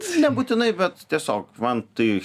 nebūtinai bet tiesiog man tai